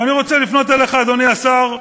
ואני רוצה לפנות אליך, אדוני השר,